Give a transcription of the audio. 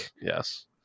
yes